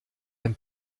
ein